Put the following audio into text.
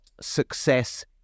success